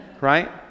right